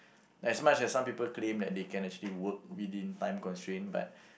as much as some people claim that they can actually work within time constraint but